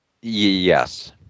Yes